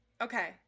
Okay